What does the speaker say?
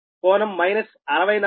860 A